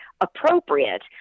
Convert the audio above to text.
appropriate